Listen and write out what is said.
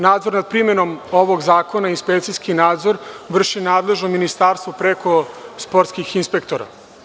Nadzor nad primenom ovog zakona, inspekcijski nadzor vrši nadležno ministarstvo preko sportskih inspektora.